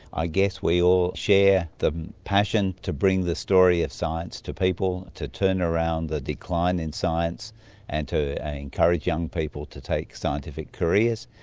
i guess we all share the passion to bring the story of science to people, to turn around the decline in science and to encourage young people to take scientific careers,